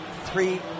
three